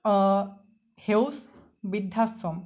অঁ সেউজ বৃদ্ধাশ্ৰম